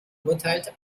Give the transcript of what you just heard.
urteilte